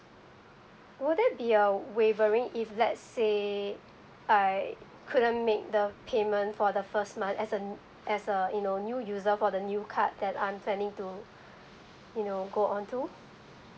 will there be a wavering if let's say I couldn't make the payment for the first month as a n~ as a you know new user for the new card that I'm planning to you know go on to